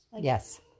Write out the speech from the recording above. Yes